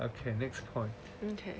okay next point okay